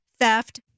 theft